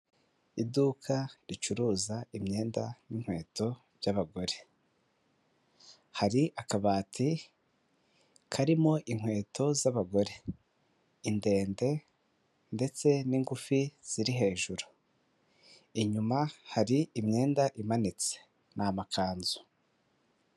Iduka ricuruza imyenda n'inkweto by'abagore, hari akabati karimo inkweto z'abagore indende ndetse n'ingufi ziri hejuru, inyuma hari imyenda imanitse n'amakanzu.